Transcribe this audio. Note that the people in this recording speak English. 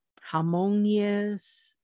harmonious